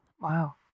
Wow